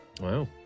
Wow